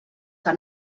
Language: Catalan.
que